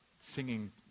singing